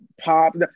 Pop